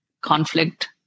conflict